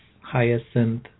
Hyacinth